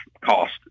cost